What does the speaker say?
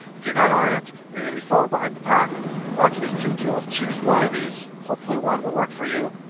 if you're not on it, you're going to be following behind the pack watch these two tools, choose one of these hopefully one will work for you.